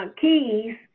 keys